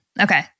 Okay